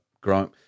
growing